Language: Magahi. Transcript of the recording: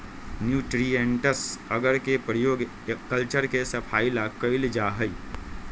न्यूट्रिएंट्स अगर के प्रयोग कल्चर के सफाई ला कइल जाहई